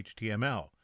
HTML